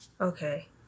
Okay